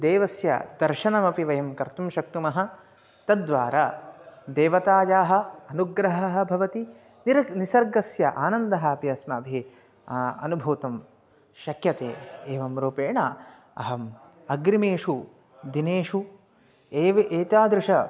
देवस्य दर्शनमपि वयं कर्तुं शक्नुमः तद्वारा देवतायाः अनुग्रहः भवति निरग् निसर्गस्य आनन्दः अपि अस्माभिः अनुभवितुं शक्यते एवं रूपेण अहम् अग्रिमेषु दिनेषु एव एतादृश